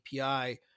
API